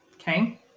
Okay